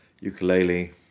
ukulele